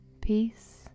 Peace